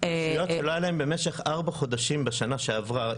--- רשויות שלא היה להם במשך ארבעה חודשים בשנה שעברה יועצת,